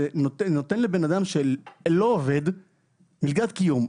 זה נותן לבן אדם שלא עובד מלגת קיום.